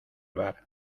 bar